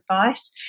advice